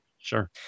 Sure